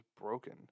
broken